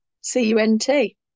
C-U-N-T